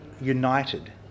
united